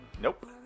Nope